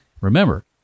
Remember